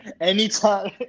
Anytime